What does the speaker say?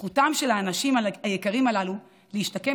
זכותם של האנשים היקרים הללו להשתקם